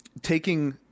taking